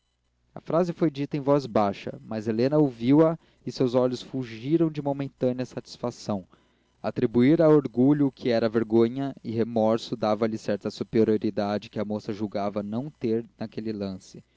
a frase foi dita em voz baixa mas helena ouviu-a e seus olhos fulgiram de momentânea satisfação atribuir a orgulho o que era vergonha e remorso dava-lhe certa superioridade que a moça julgava não ter naquele lance